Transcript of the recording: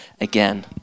again